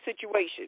situation